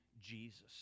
Jesus